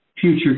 future